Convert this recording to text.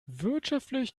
wirtschaftlich